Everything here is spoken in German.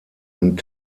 und